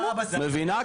את מבינה?